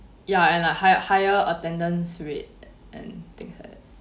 ya and a higher higher attendance rate and things like that